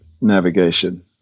navigation